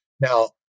Now